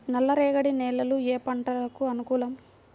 నల్ల రేగడి నేలలు ఏ పంటకు అనుకూలం?